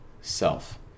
self